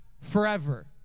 forever